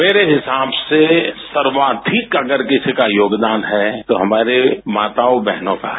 मेरे हिसाब से सर्वाधिक अगर किसी का योगदान है तो हमारी माताओं बहनों का है